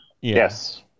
Yes